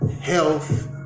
Health